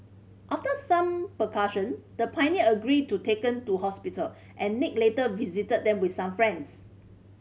after some the pioneer agreed to taken to hospital and Nick later visited them with some friends